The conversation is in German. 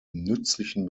nützlichen